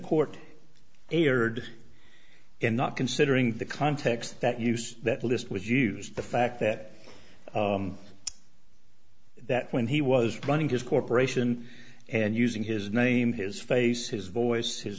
court erred in not considering the context that use that list was used the fact that that when he was running his corporation and using his name his face his voice his